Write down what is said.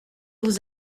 vous